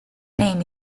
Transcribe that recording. name